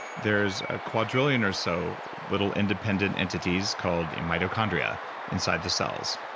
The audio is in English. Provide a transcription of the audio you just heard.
there's a quadrillion or so little independent entities called mitochondria inside the cells.